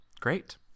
great